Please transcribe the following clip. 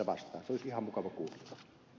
se olisi ihan mukava kuulla